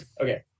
okay